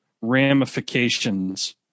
ramifications